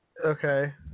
Okay